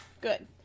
Good